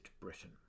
Britain